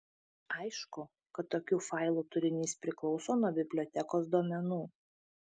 aišku kad tokių failų turinys priklauso nuo bibliotekos duomenų